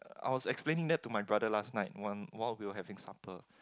I was explaining that to my brother last night when while we were having supper